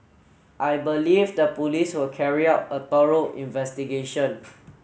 I believe the police will carry out a thorough investigation